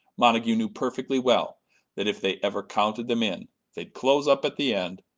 montague knew perfectly well that if they ever counted them in they'd close up at the end,